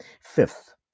Fifth